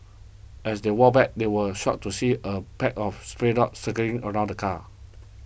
as they walked back they were shocked to see a pack of stray dogs circling around the car